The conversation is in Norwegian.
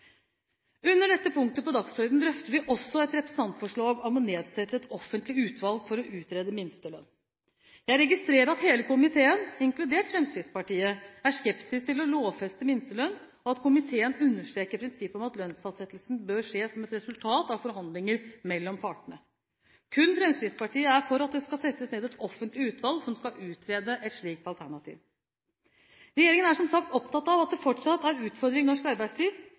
Under dette punktet på dagsordenen drøfter vi også et representantforslag om å nedsette et offentlig utvalg for å utrede minstelønn. Jeg registrerer at hele komiteen, inkludert Fremskrittspartiet, er skeptisk til å lovfeste minstelønn, og at komiteen understreker prinsippet om at lønnsfastsettelsen bør skje som et resultat av forhandlinger mellom partene. Kun Fremskrittspartiet er for at det skal settes ned et offentlig utvalg som skal utrede et slikt alternativ. Regjeringen er som sagt opptatt av at det fortsatt er utfordringer i norsk arbeidsliv,